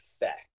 effect